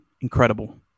incredible